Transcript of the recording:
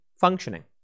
functioning